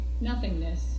nothingness